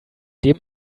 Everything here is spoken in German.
dem